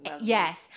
Yes